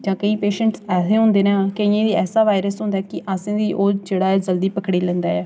जां केईं पेशैंट ऐसे होंदे न केइयें गी ऐसा वायरस होंदा ऐ कि असें गी ओह् जेह्ड़ा ऐ जल्दी पकड़ी लैंदा ऐ